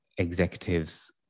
Executives